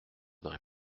des